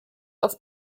auf